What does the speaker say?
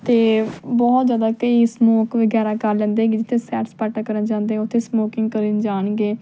ਅਤੇ ਬਹੁਤ ਜ਼ਿਆਦਾ ਕਈ ਸਮੋਕ ਵਗੈਰਾ ਕਰ ਲੈਂਦੇ ਹੈਗੇ ਜਿੱਥੇ ਸੈਰ ਸਪਾਟਾ ਕਰਨ ਜਾਂਦੇ ਉੱਥੇ ਸਮੋਕਿੰਗ ਕਰਨ ਜਾਣਗੇ